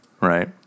Right